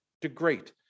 degrade